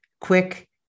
quick